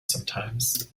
sometimes